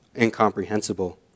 incomprehensible